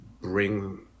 bring